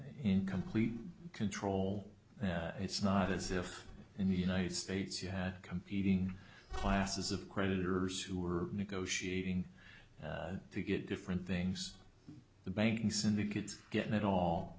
in complete control and it's not as if in the united states you had competing classes of creditors who were negotiating to get different things the banks and the could get it all